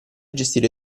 gestire